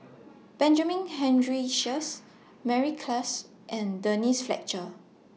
Benjamin Henry Sheares Mary Klass and Denise Fletcher